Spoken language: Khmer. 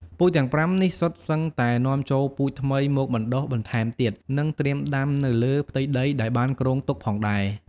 ពូជទាំង៥នេះសុទ្ធសឹងតែនាំចូលពូជថ្មីមកបណ្តុះបន្ថែមទៀត និងត្រៀមដាំទៅលើផ្ទៃដីដែលបានគ្រោងទុកផងដែរ។